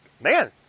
man